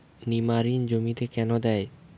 নিমারিন জমিতে কেন দেয়?